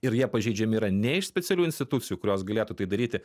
ir jie pažeidžiami yra nei specialių institucijų kurios galėtų tai daryti